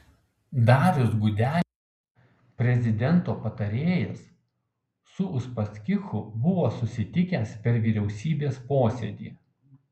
darius gudelis prezidento patarėjas su uspaskichu buvo susitikęs per vyriausybės posėdį